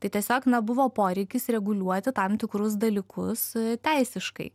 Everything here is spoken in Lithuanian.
tai tiesiog na buvo poreikis reguliuoti tam tikrus dalykus teisiškai